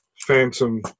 Phantom